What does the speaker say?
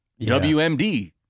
WMD